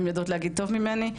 הן יודעות להגיד טוב ממני.